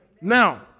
Now